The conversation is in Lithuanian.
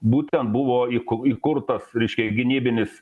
būtent buvo įku įkurtas reiškia gynybinis